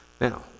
Now